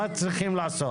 מה צריכים לעשות?